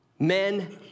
Men